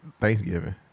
Thanksgiving